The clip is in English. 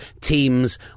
teams